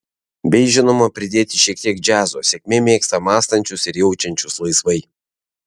bei žinoma pridėti šiek tiek džiazo sėkmė mėgsta mąstančius ir jaučiančius laisvai